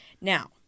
Now